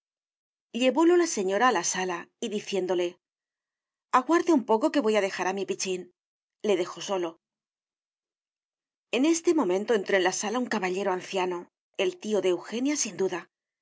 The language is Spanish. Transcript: llevólo la señora a la sala y diciéndole aguarde un poco que voy a dejar a mi pichín le dejó solo en este momento entró en la sala un caballero anciano el tío de eugenia sin duda